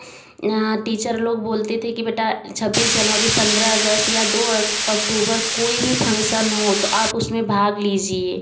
यहाँ टीचर लोग बोलते थे कि बेटा छब्बीस जनवरी पंद्रह अगस्त या दो अक्टूबर कोई भी फंक्शन हो तो आप उसमें भाग लीजिए